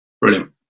Brilliant